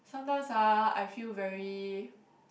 sometimes ah I feel very